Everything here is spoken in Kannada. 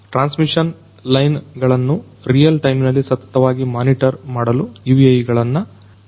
ಟ್ರಾನ್ಸ್ಮಿಷನ್ ಲೈನ್ ಗಳನ್ನು ರಿಯಲ್ ಟೈಮಿನಲ್ಲಿ ಸತತವಾಗಿ ಮಾಡಲು UAVಗಳನ್ನ ಉಪಯೋಗಿಸಬಹುದು